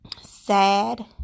sad